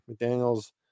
McDaniel's